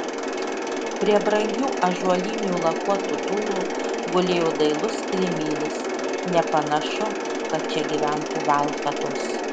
prie brangių ąžuolinių lakuotų durų gulėjo dailus kilimėlis nepanašu kad čia gyventų valkatos